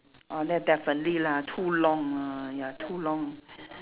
orh that definitely lah too long ah ya too long